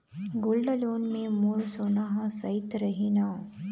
Gold loan मे मोर सोना हा सइत रही न?